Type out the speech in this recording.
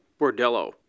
Bordello